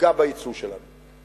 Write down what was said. יפגעו ביצוא שלנו.